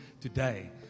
today